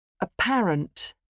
Apparent